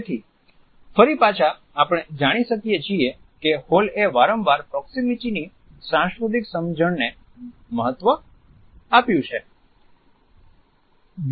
તેથી ફરી પાછા આપણે જાણી શકીએ છીએ કે હોલએ વારંવાર પ્રોક્સિમીટીની સાંસ્કૃતિક સમજણને મહત્વ આપ્યું છે